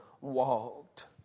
walked